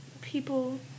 people